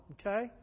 Okay